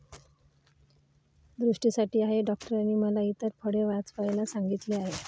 दृष्टीसाठी आहे डॉक्टरांनी मला इतर फळे वाचवायला सांगितले आहे